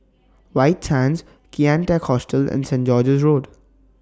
White Sands Kian Teck Hostel and Saint George's Road